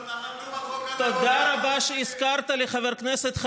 תרם למדינה הזאת בטח יותר מהרבה אנשים.